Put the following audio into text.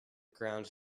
ground